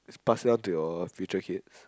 pass it down to your future kids